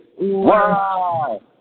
Wow